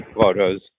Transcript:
photos